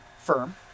firm